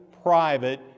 private